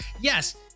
Yes